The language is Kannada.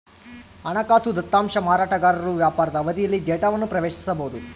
ಹಣಕಾಸು ದತ್ತಾಂಶ ಮಾರಾಟಗಾರರು ವ್ಯಾಪಾರದ ಅವಧಿಯಲ್ಲಿ ಡೇಟಾವನ್ನು ಪ್ರವೇಶಿಸಬೊದು